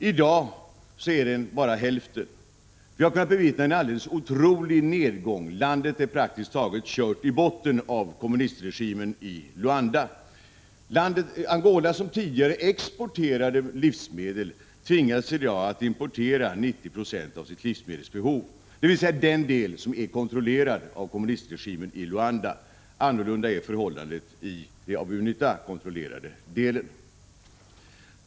I dag är den bara hälften. Vi har kunnat bevittna en alldeles otrolig nedgång. Landet är praktiskt taget kört i botten av kommunistregimen i Luanda. Angola, som tidigare exporterade livsmedel, tvingas i dag att importera 90 96 av sitt livsmedelsbehov. Detta gäller den del av landet som är kontrollerad av kommunistregimen i Luanda. Förhållandet är annorlunda i den av UNITA kontrollerade delen.